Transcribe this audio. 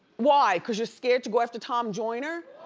why, cause you're scared to go after tom joyner?